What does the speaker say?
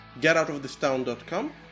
getoutofthistown.com